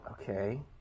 Okay